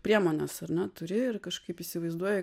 priemones ar ne turi ir kažkaip įsivaizduoji